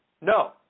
no